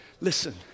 Listen